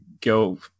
go